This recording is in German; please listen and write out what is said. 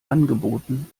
angeboten